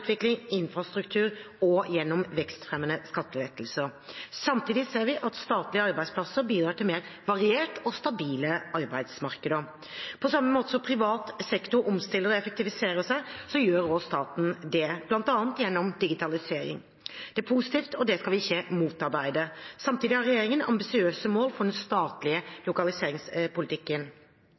infrastruktur og gjennom vekstfremmende skattelettelser. Samtidig ser vi at statlige arbeidsplasser bidrar til mer varierte og stabile arbeidsmarkeder. På samme måte som privat sektor omstiller og effektiviserer seg, gjør også staten det, bl.a. gjennom digitalisering. Det er positivt, og det skal vi ikke motarbeide. Samtidig har regjeringen ambisiøse mål for den statlige lokaliseringspolitikken.